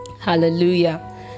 Hallelujah